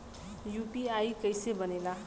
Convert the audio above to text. UPI कईसे बनेला?